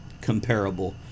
comparable